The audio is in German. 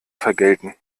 vergelten